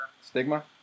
Stigma